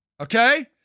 okay